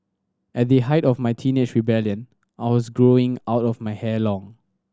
at the height of my teenage rebellion I was growing out of my hair long